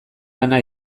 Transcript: lana